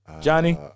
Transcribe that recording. Johnny